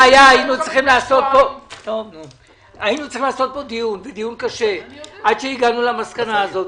היינו צריכים לקיים פה דיון קשה עד שהגענו למסקנה הזאת.